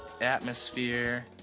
atmosphere